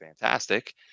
fantastic